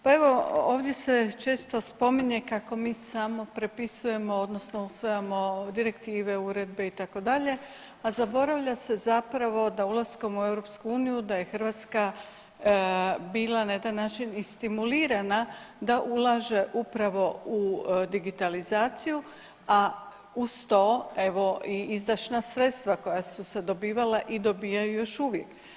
Pa evo ovdje se često spominje kako mi samo prepisujemo odnosno usvajamo direktive, uredbe itd., a zaboravlja se zapravo da ulaskom u EU da je Hrvatska bila na jedan način i stimulirana da ulaže upravo u digitalizaciju, a uz to evo i izdašna sredstva koja su se dobivala i dobijaju još uvijek.